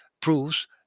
proves